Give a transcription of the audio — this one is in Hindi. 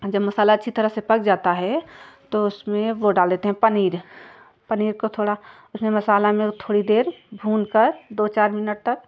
जब मसाला अच्छी तरह से पक जाता है तो उसमें वह डाल देते हैं पनीर पनीर को थोड़ा उसमें मसाला में थोड़ी देर भूनकर दो चार मिनट तक